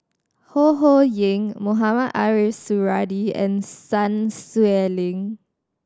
Ho Ho Ying Mohamed Ariff Suradi and Sun Xueling